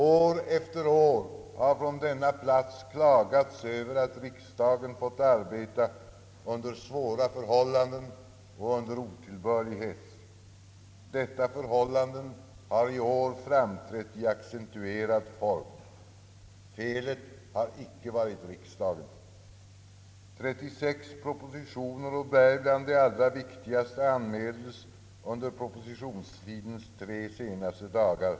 År efter år har från denna plats kla gats över att riksdagen fått arbeta under svåra förhållanden och under otillbörlig hets. Detta förhållande har i år framträtt i starkt accentuerad form. Felet har icke varit riksdagens. 36 propositioner och däribland de allra viktigaste anmäldes under propositionstidens tre sista dagar.